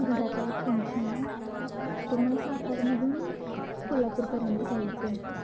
घरातलं एक फंक्शन आहे तर मला सातारमधून कोल्हापूरपर्यंत जायचं आहे